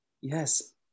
yes